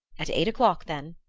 at eight o'clock, then,